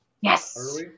Yes